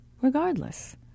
regardless